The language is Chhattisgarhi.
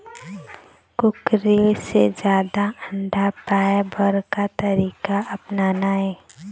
कुकरी से जादा अंडा पाय बर का तरीका अपनाना ये?